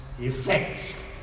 effects